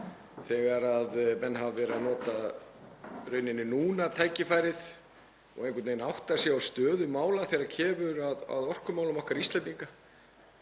þegar menn hafa verið að nota tækifærið núna og einhvern veginn átta sig á stöðu mála þegar kemur að orkumálum okkar Íslendinga.